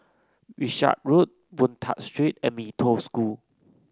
Wishart Road Boon Tat Street and Mee Toh School